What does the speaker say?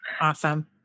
Awesome